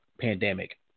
pandemic